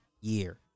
year